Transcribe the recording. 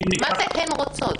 מה זאת אומרת "הן רוצות"?